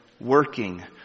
working